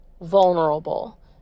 vulnerable